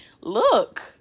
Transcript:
look